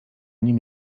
nim